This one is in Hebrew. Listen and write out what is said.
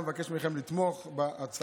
אני מבקש מכם לתמוך בהצעה.